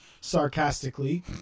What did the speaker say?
sarcastically